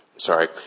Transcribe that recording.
Sorry